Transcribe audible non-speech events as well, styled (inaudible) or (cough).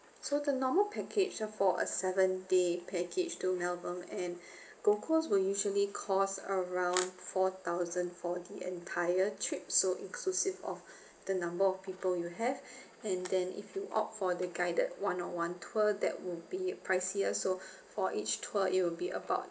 so the normal package of for a seven day package to melbourne and (breath) gold coast will usually cost around four thousand for the entire trip so inclusive of (breath) the number of people you have (breath) and then if you opt for the guided one on one tour that would be pricier so for each tour it will be about